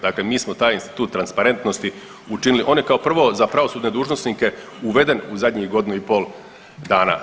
Dakle, mi smo taj institut transparentnosti učinili, on je kao prvo za pravosudne dužnosnike uveden u zadnjih godinu i pol dana.